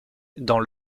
dans